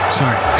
sorry